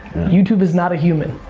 youtube is not a human.